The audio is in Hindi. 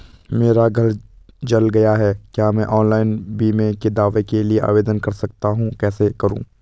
मेरा घर जल गया है क्या मैं ऑनलाइन बीमे के दावे के लिए आवेदन कर सकता हूँ कैसे करूँ?